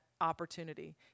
opportunity